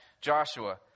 Joshua